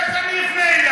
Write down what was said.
איך אני אפנה אליו?